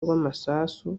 rw’amasasu